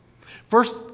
First